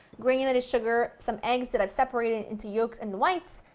granulated sugar, some eggs that i have separated into yolks and whites,